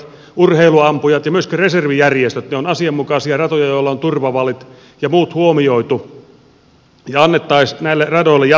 ne ovat asianmukaisia ratoja joilla on turvavallit ja muut huomioitu ja annettaisiin näille radoille jatkoaikaa